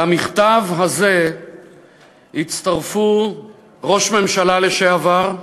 למכתב הזה הצטרפו ראש ממשלה לשעבר,